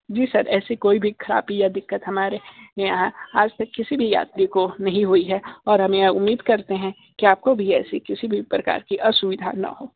जी sir ऐसे कोई भी खराबी यह दिक्कत हमारे यहाँ आज तक किसी भी यात्री को नहीं हुई है और हमें यह उम्मीद करते हैं की आपको भी ऐसी किसी भी प्रकार की असुविधा ना हो